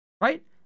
right